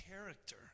character